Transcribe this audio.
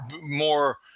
more